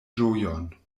ĝojon